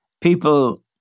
People